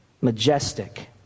majestic